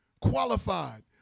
qualified